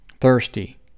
thirsty